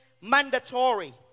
mandatory